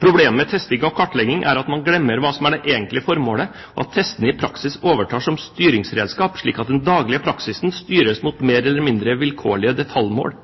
Problemet med testing og kartlegging er at man glemmer hva som er det egentlige formålet, og at testene i praksis overtar som styringsredskap, slik at den daglige praksisen styres mot mer eller mindre vilkårlige detaljmål.»